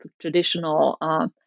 traditional